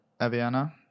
Aviana